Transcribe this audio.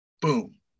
boom